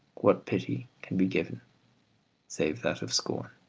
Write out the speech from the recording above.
what pity can be given save that of scorn?